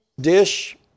Dish